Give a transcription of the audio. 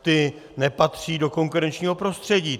Ty nepatří do konkurenčního prostředí.